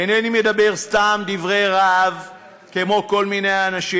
ואיני מדבר סתם דברי רהב כמו כל מיני אנשים.